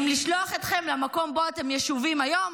אם לשלוח אתכם למקום שבו אתם ישובים היום,